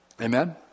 Amen